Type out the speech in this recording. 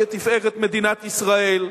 לתפארת מדינת ישראל.